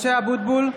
(קוראת בשמות חברי הכנסת) משה אבוטבול,